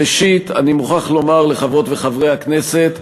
ראשית, אני מוכרח לומר לחברות וחברי הכנסת,